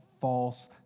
false